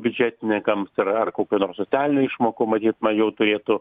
biudžetininkams ar ar kokių nors socialinių išmokų matyt mažiau turėtų